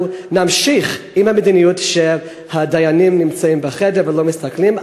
נמשיך במדיניות שהדיינים נמצאים בחדר ולא מסתכלים,